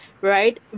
right